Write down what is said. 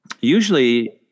usually